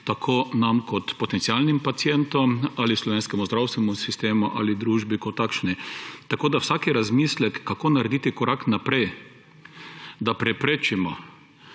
tako nam kot potencialnim pacientom ali slovenskemu zdravstvenemu sistemu ali družbi kot takšni. Tako da vsak razmislek, kako narediti korak naprej, da preprečimo,